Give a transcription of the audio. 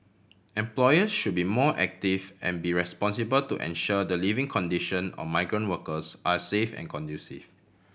employer should be more active and be responsible to ensure the living condition or migrant workers are safe and conducive